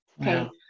Okay